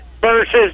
versus